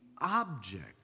object